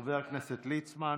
חבר הכנסת ליצמן,